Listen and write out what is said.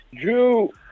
Drew